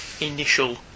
initial